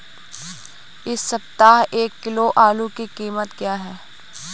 इस सप्ताह एक किलो आलू की कीमत क्या है?